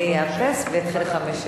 אני אאפס את השעון.